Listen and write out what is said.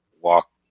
walk